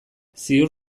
ziur